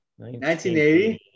1980